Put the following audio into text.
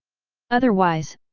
otherwise,